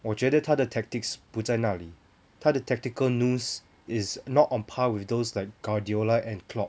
我觉得他的 tactics 不在那里他的 tactical nous is not on par with those like guardiola and clark